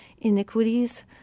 iniquities